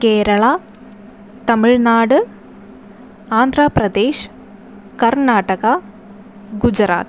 Kerala Tamil Nadu Andhra Pradesh Karnataka Gujarat